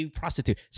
prostitute